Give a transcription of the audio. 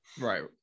Right